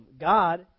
God